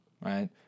right